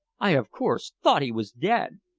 i, of course, thought he was dead.